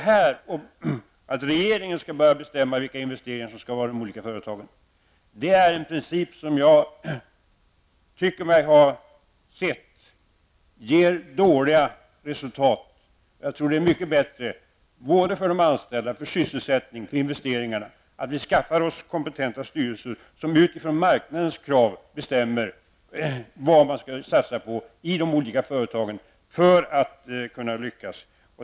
Men om regeringen började bestämma vilka investeringar de olika företagen skall göra skulle vi få en ordning som jag tycker mig ha sett ger dåliga resultat. Jag tror att det är mycket bättre för de anställda, för sysselsättningen och investeringarna att vi skaffar oss kompetenta styrelser som utifrån marknadens krav bedömer vad de olika företagen skall satsa på för att de skall lyckas.